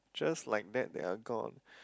just like that they are gone